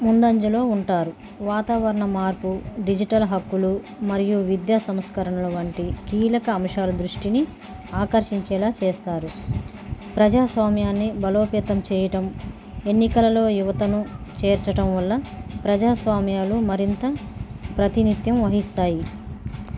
ముందంజలో ఉంటారు వాతావరణ మార్పు డిజిటల్ హక్కులు మరియు విద్యా సంస్కరణలు వంటి కీలక అంశాల దృష్టిని ఆకర్షించేలా చేస్తారు ప్రజాస్వామయాన్ని బలోపేతం చేయటం ఎన్నికలలో యువతను చేర్చటం వల్ల ప్రజాస్వామ్యాలు మరింత ప్రాతినిధ్యం వహిస్తాయి